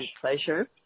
pleasure